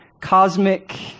cosmic